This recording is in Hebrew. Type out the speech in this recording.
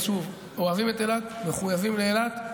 שוב, אוהבים את אילת, מחויבים לאילת.